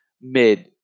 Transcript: mid